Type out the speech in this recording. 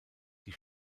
die